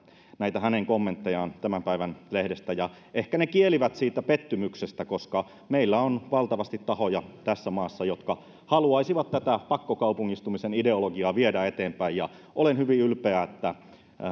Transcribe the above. näitä hänen kommenttejaan tämän päivän lehdestä ehkä ne kielivät pettymyksestä koska meillä on tässä maassa valtavasti tahoja jotka haluaisivat tätä pakkokaupungistumisen ideologiaa viedä eteenpäin olen hyvin ylpeä että